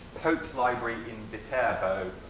pope's library in viterbo,